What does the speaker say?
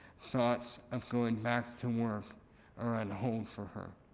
thoughts of going back to work are on hold for her.